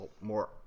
more